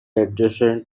adjacent